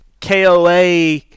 KOA